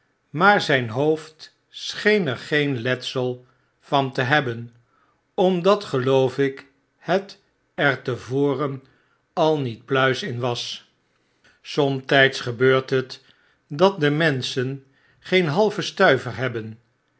maar zyn hoofd scheen er geen letsel van te hebben omdat geloof ik net er te voren al niet pluisin was somtgds gebeurt het dat de menschen geen halven stuiver hebben